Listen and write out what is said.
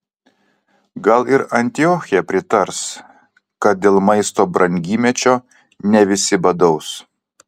gal ir antiochija pritars kad dėl maisto brangymečio ne visi badaus